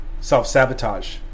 self-sabotage